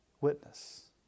witness